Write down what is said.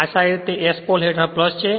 આ સાઈડ તે S pole હેઠળ છે